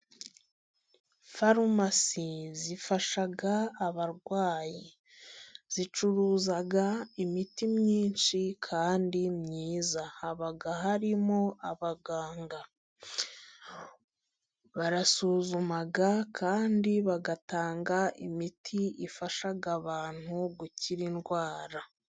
Farumasi zifasha abarwayi, zicuruza imiti myinshi kandi myiza, haba harimo abaganga basuzuma kandi bagatanga imiti ifasha abantu gukira indwara.